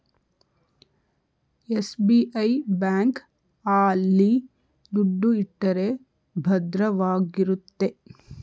SBI bank ಆಲ್ಲಿ ದುಡ್ಡು ಇಟ್ಟರೆ ಭದ್ರವಾಗಿರುತ್ತೆ